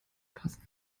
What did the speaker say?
passen